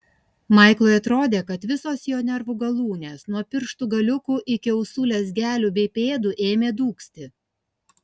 maiklui atrodė kad visos jo nervų galūnės nuo pirštų galiukų iki ausų lezgelių bei pėdų ėmė dūgzti